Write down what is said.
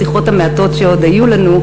בשיחות המעטות שהיו לנו,